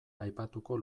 aipatuko